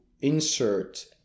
insert